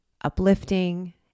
uplifting